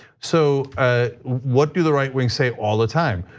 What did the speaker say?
so ah what do the right wing say all the time?